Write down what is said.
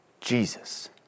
Jesus